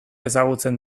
ezagutzen